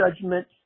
judgment